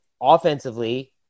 offensively